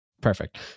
Perfect